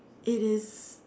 it is